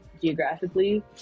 geographically